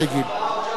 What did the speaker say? ההצבעה עוד שעה וחצי?